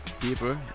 people